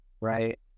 right